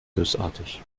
bösartig